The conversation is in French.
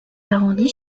arrondie